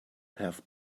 have